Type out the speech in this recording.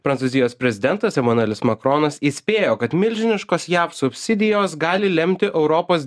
prancūzijos prezidentas emanuelis makronas įspėjo kad milžiniškos jav subsidijos gali lemti europos